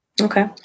Okay